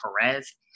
Perez